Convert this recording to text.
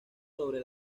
sobre